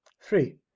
Three